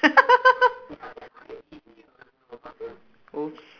!oops!